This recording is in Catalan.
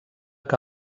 que